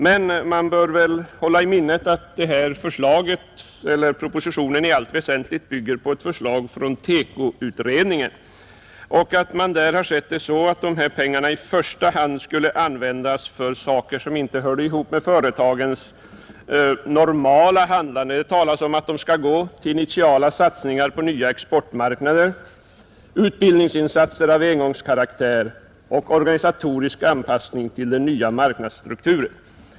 Men man bör hålla i minnet att propositionen i allt väsentligt bygger på ett förslag från TEKO-utredningen och att man där har sett det så, att dessa pengar i första hand skulle användas för saker som inte hörde ihop med företagens normala handlande. Det talas om att de skall gå till initiala satsningar på nya exportmarknader, utbildningsinsatser av engångskaraktär och organisatorisk anpassning till den nya marknadsstrukturen.